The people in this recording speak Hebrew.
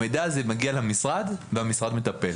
המידע הזה מגיע למשרד והמשרד מטפל.